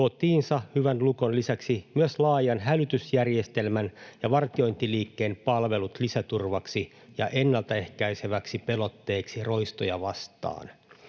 kotiinsa hyvän lukon lisäksi myös laajan hälytysjärjestelmän ja vartiointiliikkeen palvelut lisäturvaksi ja ennaltaehkäiseväksi pelotteeksi roistoja vastaan.